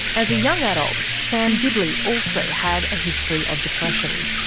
as a young adult, sam dibley also had a history of depression.